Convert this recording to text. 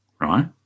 right